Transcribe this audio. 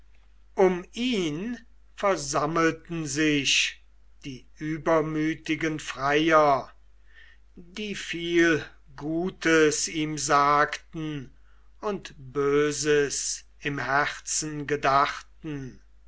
um ihn versammelten sich die übermütigen freier die viel gutes ihm sagten und böses im herzen gedachten